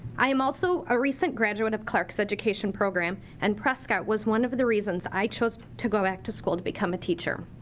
i am also a recent graduate of clarke's education program and prescott was one of the reasons i chose to go back to school to become a teacher.